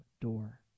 door